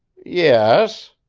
yes,